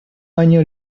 año